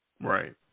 Right